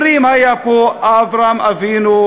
אומרים: היו פה אברהם אבינו,